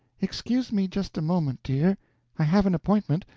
excuse me just a moment, dear i have an appointment,